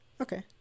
Okay